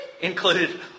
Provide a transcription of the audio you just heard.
included